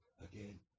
Again